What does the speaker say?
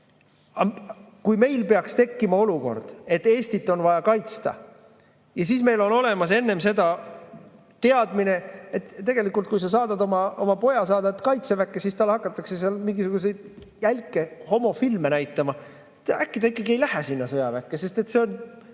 Kui meil peaks tekkima olukord, et Eestit on vaja kaitsta, ja siis meil on olemas enne seda teadmine, et tegelikult, kui sa saadad oma poja Kaitseväkke, siis talle hakatakse seal mingisuguseid jälke homofilme näitama, siis äkki ta ikkagi ei lähe sinna sõjaväkke, sest see on